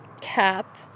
cap